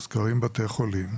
אלא בתי החולים.